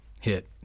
hit